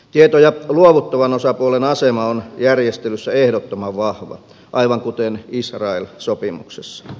tietoja luovuttavan osapuolen asema on järjestelyssä ehdottoman vahva aivan kuten israel sopimuksessa